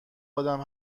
آدم